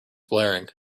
blaring